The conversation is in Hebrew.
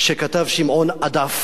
שכתב שמעון אדף,